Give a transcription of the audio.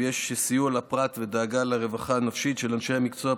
יש סיוע לפרט ודאגה לרווחה הנפשית של אנשי המקצוע,